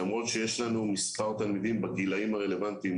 למרות שיש לנו מספר לא גבוה של תלמידים בגילאים הרלוונטיים.